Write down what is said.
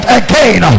again